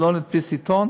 שלא נדפיס עיתון?